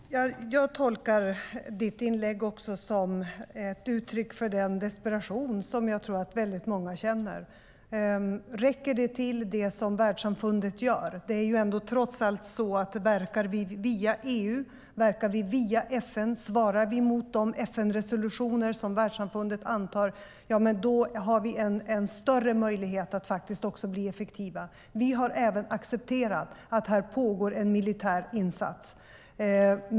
Herr talman! Jag tolkar Robert Hannahs inlägg som ett uttryck för den desperation som jag tror att väldigt många känner. Räcker det som världssamfundet gör? Om vi verkar via EU och FN och svarar mot de FN-resolutioner som världssamfundet antar har vi trots allt större möjlighet att bli effektiva. Vi har även accepterat att det pågår en militär insats.